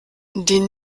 den